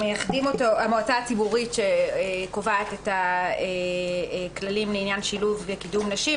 המועצה הציבורית קובעת את הכללים לעניין שילוב וקידום נשים,